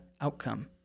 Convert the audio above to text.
outcome